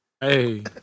Hey